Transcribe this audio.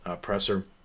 presser